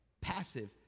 passive